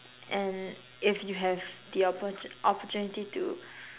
and if you have the opportune opportunity to